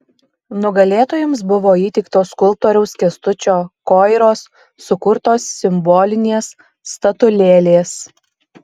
nugalėtojams buvo įteiktos skulptoriaus kęstučio koiros sukurtos simbolinės statulėlės